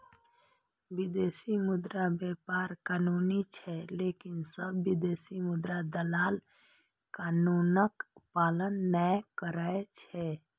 विदेशी मुद्रा व्यापार कानूनी छै, लेकिन सब विदेशी मुद्रा दलाल कानूनक पालन नै करै छै